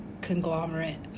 conglomerate